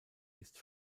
ist